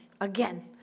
again